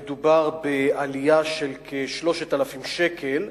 מדובר בעלייה של כ-3,000 שקל,